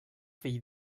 fill